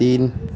तीन